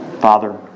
Father